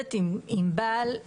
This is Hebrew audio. מתמודדת עם בעל חולה,